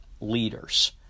leaders